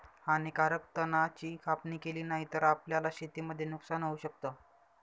हानीकारक तणा ची कापणी केली नाही तर, आपल्याला शेतीमध्ये नुकसान होऊ शकत